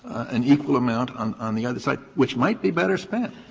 an equal amount on on the other side, which might be better spent.